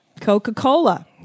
Coca-Cola